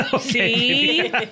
See